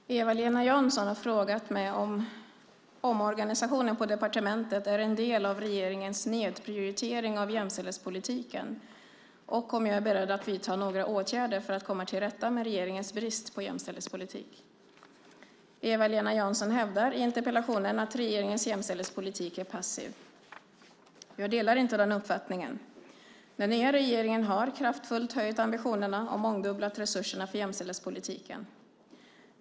Fru talman! Eva-Lena Jansson har frågat mig om omorganisationen på departementet är en del av regeringens nedprioritering av jämställdhetspolitiken och om jag är beredd att vidta några åtgärder för att komma till rätta med regeringens brist på jämställdhetspolitik. Eva-Lena Jansson hävdar i interpellationen att regeringens jämställdhetspolitik är passiv. Jag delar inte den uppfattningen. Den nya regeringen har kraftfullt höjt ambitionerna och mångdubblat resurserna för jämställdhetspolitiken.